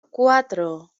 cuatro